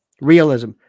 Realism